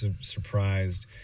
surprised